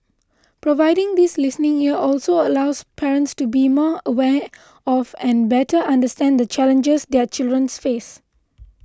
providing this listening ear also allows parents to be more aware of and better understand the challenges their children's face